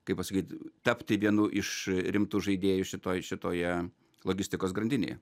kaip pasakyt tapti vienu iš rimtų žaidėjų šitoj šitoje logistikos grandinėje